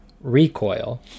recoil